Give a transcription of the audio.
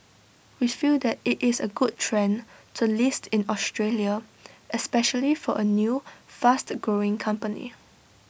we feel that IT is A good trend to list in Australia especially for A new fast growing company